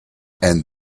and